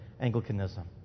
Anglicanism